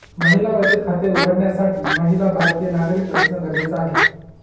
महिला बचत खाते उघडण्यासाठी महिला भारतीय नागरिक असणं गरजेच आहे